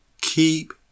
Keep